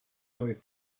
oedd